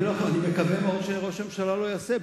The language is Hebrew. אני מקווה מאוד שראש הממשלה לא יעשה,